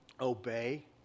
obey